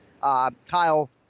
Kyle